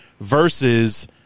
versus